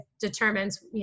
determines